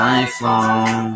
iPhone